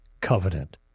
covenant